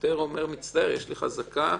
והשוטר אומר, מצטער, יש לי חזקה.